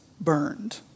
burned